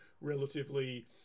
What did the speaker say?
relatively